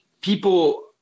People